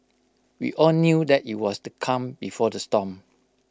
we all knew that IT was the calm before the storm